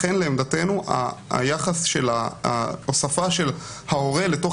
לכן לעמדתנו היחס של ההוספה של ההורה לתוך